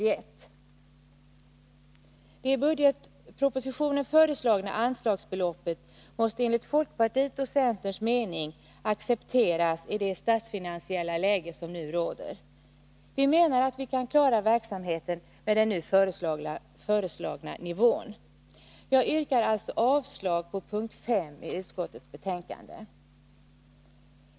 Det i budgetpropositionen föreslagna anslagsbeloppet måste enligt folkpartiets och centerns mening accepteras i det statsfinansiella läge som nu råder. Vi menar att vi kan klara verksamheten med den nu föreslagna nivån. Jag yrkar alltså avslag på punkt 5 i utskottets betänkande.